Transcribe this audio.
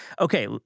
Okay